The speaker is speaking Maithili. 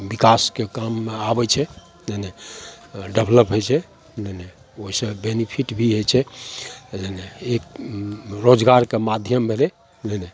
विकासके कर्ममे आबय छै नइ नइ डेभलप होइ छै नइ नइ ओइसँ बेनिफिट भी होइ छै नइ नइ एक रोजगारके माध्यम भेलय नइ नइ